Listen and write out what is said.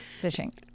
fishing